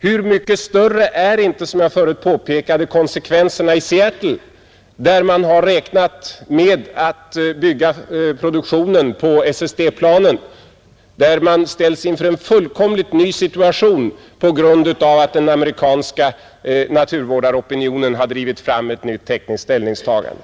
Hur mycket större är inte, som jag förut påpekade, konsekvenserna i Seattle, där man har räknat med en produktion av SST-plan och där man ställs inför en fullkomligt ny situation på grund av att den amerikanska miljövårdsopinionen har drivit fram ett nytt ställningstagande.